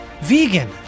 Vegan